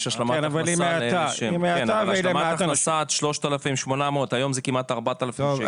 יש השלמת הכנסה עד 3,800. היום זה כמעט 4,000 שקל.